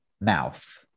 mouth